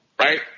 Right